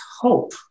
hope